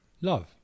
Love